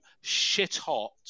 shit-hot